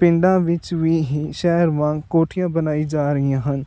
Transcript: ਪਿੰਡਾਂ ਵਿੱਚ ਵੀ ਹੀ ਸ਼ਹਿਰ ਵਾਂਗ ਕੋਠੀਆਂ ਬਣਾਈ ਜਾ ਰਹੀਆਂ ਹਨ